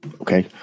Okay